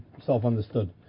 self-understood